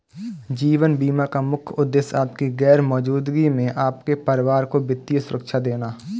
जीवन बीमा का मुख्य उद्देश्य आपकी गैर मौजूदगी में आपके परिवार को वित्तीय सुरक्षा देना